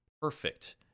perfect